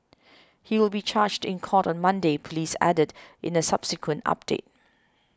he will be charged in court on Monday police added in a subsequent update